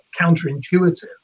counterintuitive